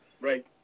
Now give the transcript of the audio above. right